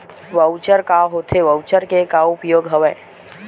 Voucher का होथे voucher के का उपयोग हवय?